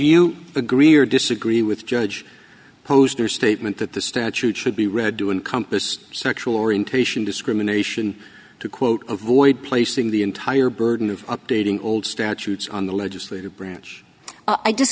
you agree or disagree with judge posner statement that the statute should be read to encompass sexual orientation discrimination to quote avoid placing the entire burden of updating old statutes on the legislative branch i